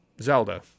zelda